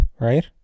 right